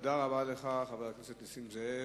חבר הכנסת נסים זאב,